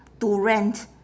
to rent